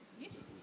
Yes